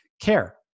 care